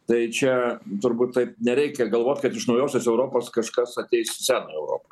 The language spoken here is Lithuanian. tai čia turbūt taip nereikia galvot kad iš naujosios europos kažkas ateis į seną europą